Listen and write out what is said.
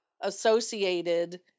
associated